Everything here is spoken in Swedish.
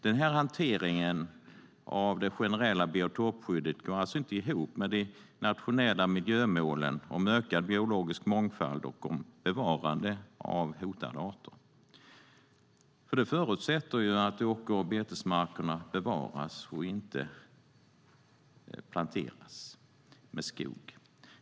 Den hanteringen av det generella biotopskyddet går inte ihop med de nationella miljömålen om ökad biologisk mångfald och bevarade av hotade arter, som förutsätter att åker och betesmarkerna bevaras och inte planteras med skog.